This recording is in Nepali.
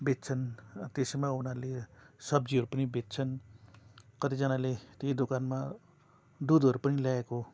बेच्छन् त्यसैमा उनीहरूले सब्जीहरू पनि बेच्छन् कतिजनाले त्यही दोकानमा दुधहरू पनि ल्याएको